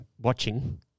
watching